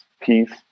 peace